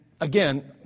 Again